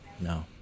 no